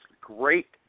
great